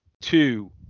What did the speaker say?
two